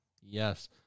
Yes